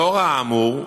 לאור האמור,